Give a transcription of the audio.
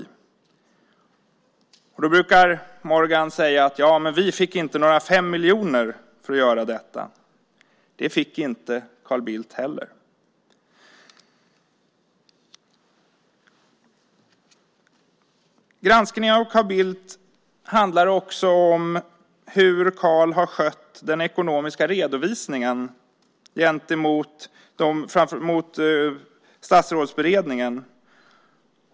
Morgan brukar säga: Vi fick inte några 5 miljoner för att göra detta. Men det fick inte Carl Bildt heller. Granskningen av Carl Bildt handlar också om hur Carl har skött den ekonomiska redovisningen gentemot Statsrådsberedningen.